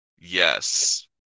Yes